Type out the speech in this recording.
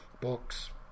books